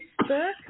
Facebook